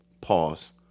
Pause